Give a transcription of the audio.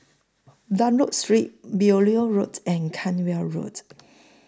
Dunlop Street Beaulieu Road and Cranwell Road